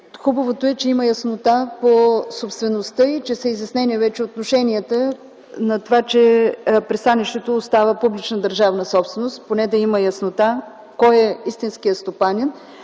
Хубавото е, че има яснота по собствеността и че са изяснени вече отношенията за това, че пристанището остава публична държавна собственост. Поне да има яснота кой е истинският стопанин,